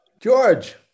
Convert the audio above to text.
George